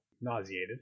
nauseated